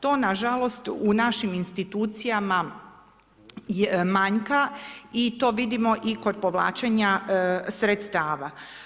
To nažalost, u našim institucijama manjka i to vidimo i kod povlačenja sredstava.